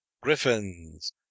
griffins